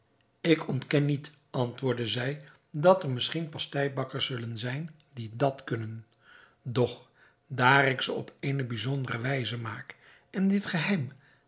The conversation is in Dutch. ik ontken niet antwoordde zij dat er misschien pasteibakkers zullen zijn die dat kunnen doch daar ik ze op eene bijzondere wijze maak en dit geheim